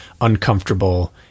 uncomfortable